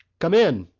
come in!